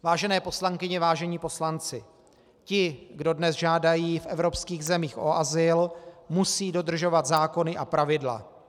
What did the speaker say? Vážené poslankyně, vážení poslanci, ti, kdo dnes žádají v evropských zemích o azyl, musí dodržovat zákony a pravidla.